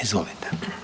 Izvolite.